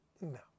no